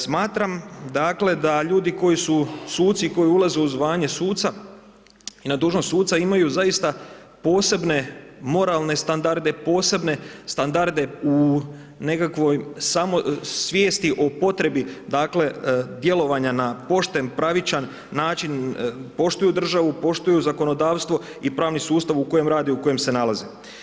Smatram dakle da ljudi koji su suci i koji ulaze u zvanje suca i na dužnost suca imaju zaista posebne moralne standarde, posebne standarde u nekakvoj samosvijesti o potrebi dakle djelovanja na pošten, pravičan način, poštuju državu, poštuju zakonodavstvo i pravni sustav u kojem rade, u kojem se nalaze.